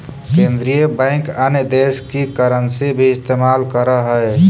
केन्द्रीय बैंक अन्य देश की करन्सी भी इस्तेमाल करअ हई